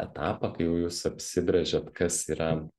etapą kai jau jūs apsibrėžėt kas yra